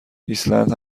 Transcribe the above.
ایسلند